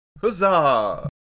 huzzah